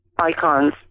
icons